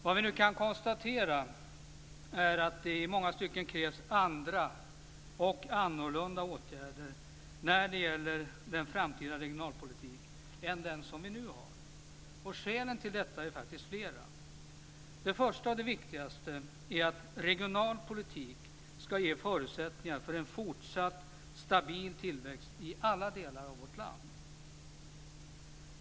Vad vi nu kan konstatera är att det i många stycken krävs andra och annorlunda åtgärder när det gäller den framtida regionalpolitiken än när det gäller den som vi nu har. Skälen till detta är flera. Det första och viktigaste är att regional politik ska ge förutsättningar för en fortsatt stabil tillväxt i alla delar av vårt land.